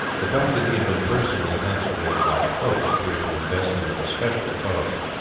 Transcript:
the fact that he had been personally consecrated by the pope appeared to invest him with a special authority.